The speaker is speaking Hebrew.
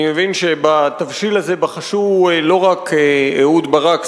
אני מבין שבתבשיל הזה בחש לא רק אהוד ברק,